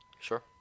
Sure